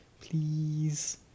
Please